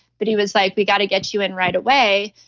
but he was like, we got to get you in right away,